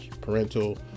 parental